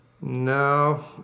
No